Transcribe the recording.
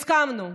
הסכמנו,